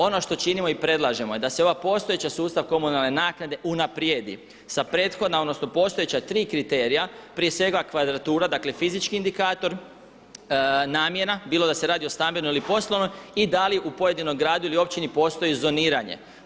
Ono što činimo i predlažemo je da se ovaj postojeći sustav komunalne naknade unaprijedi sa prethodna, odnosno postojeća tri kriterija, prije svega kvadratura, dakle fizički indikator, namjena, bilo da se radi o stambenoj ili poslovnoj i da li u pojedinom gradu ili općini postoji zoniranje.